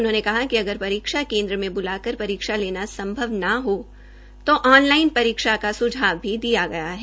उन्होंने कहा कि अगर परीक्षा केन्द्र में ब्लाकर परीक्षा लेना संभव न हो तो ऑन लाइन परीक्षा का सुझाव भी दिया गया है